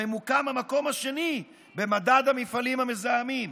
הממוקם במקום השני במדד המפעלים המזהמים: